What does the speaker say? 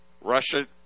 Russia